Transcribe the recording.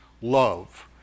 love